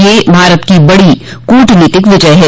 यह भारत की बड़ी कूटनीतिक विजय है